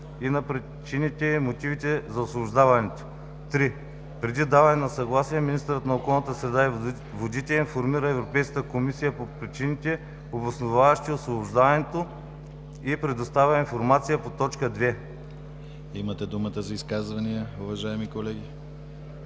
Имате думата за изказвания, уважаеми колеги?